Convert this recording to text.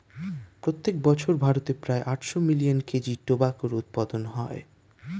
প্রত্যেক বছর ভারতে প্রায় আটশো মিলিয়ন কেজি টোবাকোর উৎপাদন হয়